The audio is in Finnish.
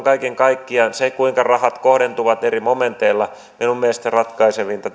kaiken kaikkiaan siinä kuinka rahat kohdentuvat eri momenteilla minun mielestäni ratkaisevinta